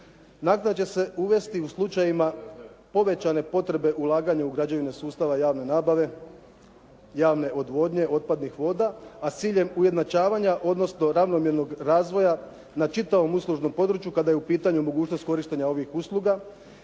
Naknade će se uvesti u slučajevima povećane potrebe ulaganja u građevine sustava javne nabave, javne odvodnje otpadnih voda, a s ciljem ujednačavanja, odnosno ravnomjernog razvoja na čitavom uslužnom području kada je u pitanju mogućnost korištenja ovih usluga